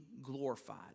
glorified